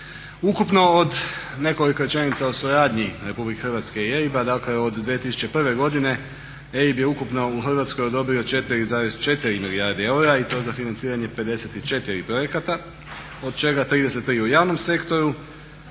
Ukupno od, nekoliko rečenica o suradnji RH i EIB-a, dakle od 2001.godine EIB je ukupno u Hrvatskoj odobrio 4,4 milijarde eura i to za financiranje 54 projekta od čega 33 u javnom sektoru